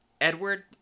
Edward